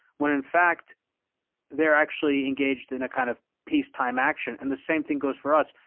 when in fact they're actually engaged in a kind of peacetime action, and the same thing goes for us.